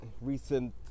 Recent